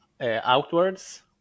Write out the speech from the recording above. outwards